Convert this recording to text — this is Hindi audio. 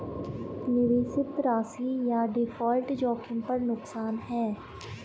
निवेशित राशि या डिफ़ॉल्ट जोखिम पर नुकसान है